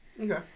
Okay